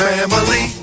Family